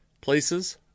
places